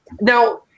Now